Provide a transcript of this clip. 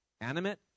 Animate